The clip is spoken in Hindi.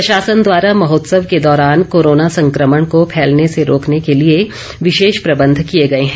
प्रशासन द्वारा महोत्सव के दौरान कोरोना संक्रमण को फैलने से रोकने के लिए विशेष प्रबंध किए गए हैं